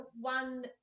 one